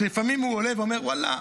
שלפעמים הוא עולה ואומר: ואללה,